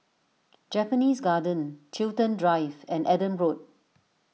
Japanese Garden Chiltern Drive and Adam Road